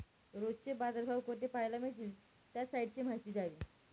रोजचे बाजारभाव कोठे पहायला मिळतील? त्या साईटची माहिती द्यावी